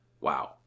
Wow